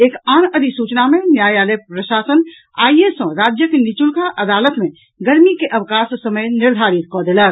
एक आन अधिसूचना मे न्यायालय प्रशासन आईये सॅ राज्यक निचुलका अदालत मे गर्मी के अवकाश समय निर्धारित कऽ देलक